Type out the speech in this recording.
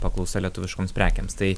paklausa lietuviškoms prekėms tai